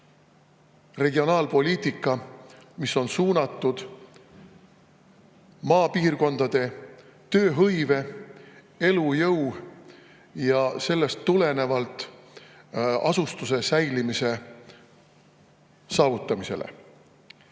regionaalpoliitika, mis on suunatud maapiirkondade tööhõive, elujõu ja sellest tulenevalt asustuse säilimise saavutamisele.